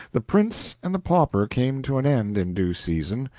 the prince and the pauper came to an end in due season,